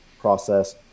process